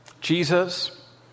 Jesus